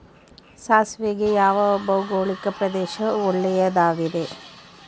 ಸಾಸಿವೆಗೆ ಯಾವ ಭೌಗೋಳಿಕ ಪ್ರದೇಶ ಒಳ್ಳೆಯದಾಗಿದೆ?